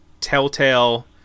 telltale